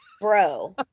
bro